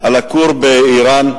על הכור באירן?